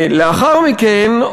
לאחר מכן,